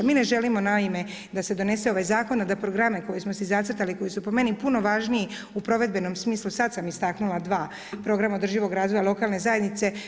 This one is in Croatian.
Mi ne želimo naime da se donese ovaj zakon a da programe koje smo si zacrtali koji su po meni puno važniji u provedbenom smislu, sad sam istaknula dva, program održivog razvoja lokalne zajednice.